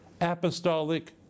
Apostolic